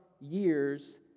years